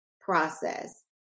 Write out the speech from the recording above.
process